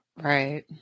Right